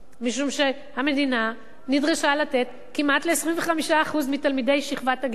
משום שהמדינה נדרשה לתת כמעט ל-25% מתלמידי שכבת הגיל,